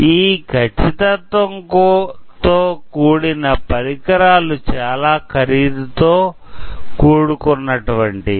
ఈ ఖచ్చితత్వం తో కూడిన పరికరాలు చాలా ఖరీదుతో కూడుకున్నటువంటివి